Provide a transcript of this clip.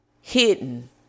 hidden